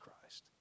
Christ